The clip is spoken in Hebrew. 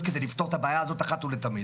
כדי לפתור את הבעיה הזו אחת ולתמיד.